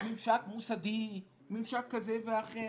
ממשק מוסדי וממשק כזה ואחר.